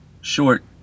short